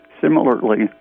similarly